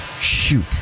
shoot